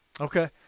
Okay